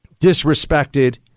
disrespected